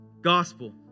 gospel